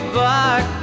back